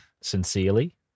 sincerely